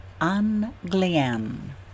Anglian